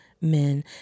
men